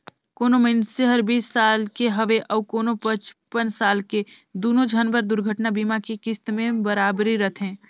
कोनो मइनसे हर बीस साल के हवे अऊ कोनो पचपन साल के दुनो झन बर दुरघटना बीमा के किस्त में बराबरी रथें